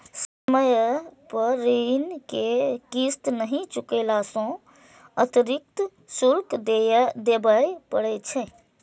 समय पर ऋण के किस्त नहि चुकेला सं अतिरिक्त शुल्क देबय पड़ै छै